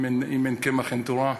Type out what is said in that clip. אם אין קמח אין תורה.